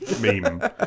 meme